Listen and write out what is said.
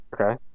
Okay